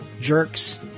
jerks